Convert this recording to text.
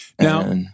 Now